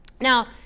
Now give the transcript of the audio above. Now